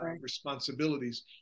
responsibilities